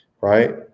Right